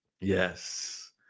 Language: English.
Yes